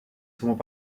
souvent